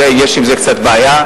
יש עם זה בעיה,